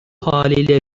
haliyle